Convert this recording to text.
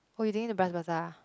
oh you taking to Bras-Basah